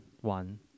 one